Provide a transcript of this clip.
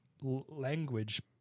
language